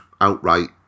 outright